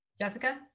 Jessica